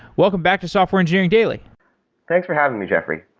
welcome back to software engineering daily thanks for having me, jeffrey.